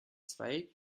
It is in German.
zwei